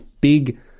Big